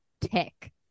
tick